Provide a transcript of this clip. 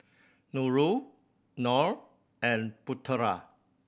Nurul Nor and Putera